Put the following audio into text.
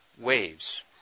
waves